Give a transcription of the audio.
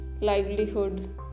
livelihood